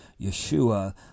yeshua